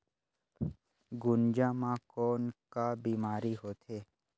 गुनजा मा कौन का बीमारी होथे?